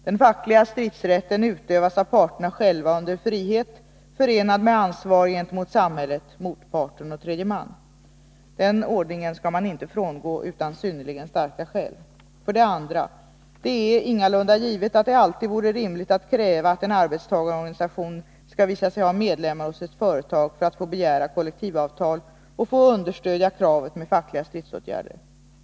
Den fackliga stridsrätten utövas av parterna själva under frihet förenad med ansvar gentemot samhället, motparten och tredje man. Den ordningen skall man inte frångå utan synnerligen starka skäl. För det andra: Det är ingalunda givet att det alltid vore rimligt att kräva att en arbetstagarorganisation skall visa sig ha medlemmar hos ett företag för att få begära kollektivavtal och få understödja kravet med fackliga stridsåtgärder.